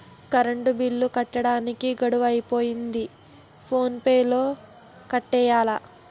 current bill కట్టడానికి గడువు అయిపోతంది ఫోన్ పే తో కట్టియ్యాల